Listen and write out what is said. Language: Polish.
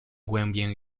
głębię